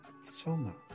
Soma